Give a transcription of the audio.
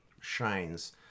shines